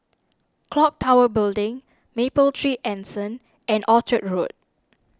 Clock Tower Building Mapletree Anson and Orchard Road